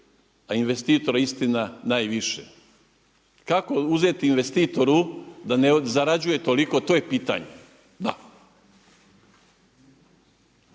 a investitor istina najviše. Kako uzeti investitoru da ne zarađuje toliko to je pitanje. Da.